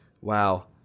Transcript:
wow